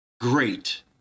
great